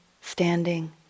standing